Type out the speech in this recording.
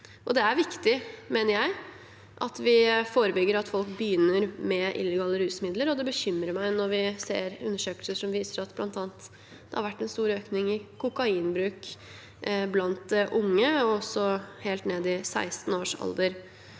Det er viktig, mener jeg, at vi forebygger at folk begynner med illegale rusmidler. Det bekymrer meg når vi ser undersøkelser som viser at det bl.a. har vært en stor økning i kokainbruk blant unge helt ned i 16-årsalderen.